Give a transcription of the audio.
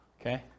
okay